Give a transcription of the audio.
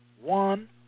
One